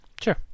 Sure